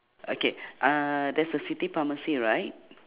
okay uhh there's a city pharmacy right